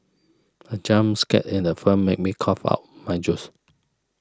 the jump scare in the film made me cough out my juice